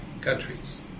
countries